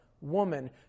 woman